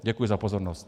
Děkuji za pozornost.